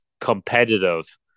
competitive